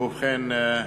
ובכן,